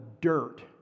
dirt